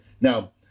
Now